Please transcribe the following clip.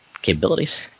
Capabilities